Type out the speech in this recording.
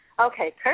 Okay